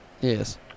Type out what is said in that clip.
Yes